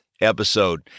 episode